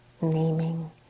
naming